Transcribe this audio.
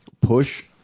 push